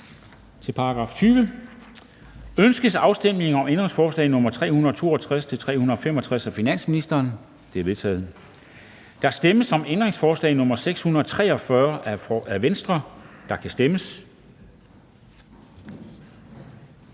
er forkastet. Ønskes afstemning om ændringsforslag nr. 493-498 af finansministeren? De er vedtaget. Der stemmes om ændringsforslag nr. 693 af DF, og der kan stemmes.